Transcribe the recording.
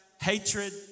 hatred